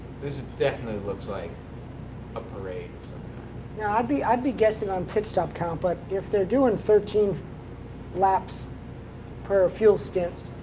this definitely looks like a parade so yeah i'd be i'd be guessing on pit stop count. but if they're doing thirteen laps per fuel stint,